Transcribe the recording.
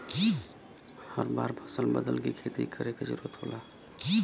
हर बार फसल बदल के खेती करे क जरुरत होला